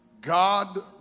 God